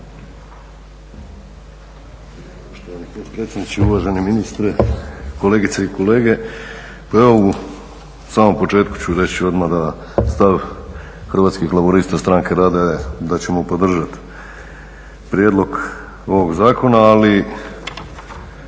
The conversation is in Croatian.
Hrvatskih laburista stranke rada je da ćemo podržat prijedlog ovog zakona, ali